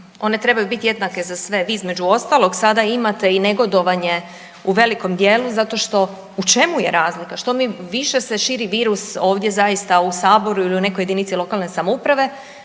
One trebaju biti jednake za sve, između ostalog sada imate i negodovanje u velikom dijelu, zato što, u čemu je razlika, što mi više se širi virus, ovdje zaista u Saboru ili u nekoj jedinici lokalne samouprave